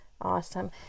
awesome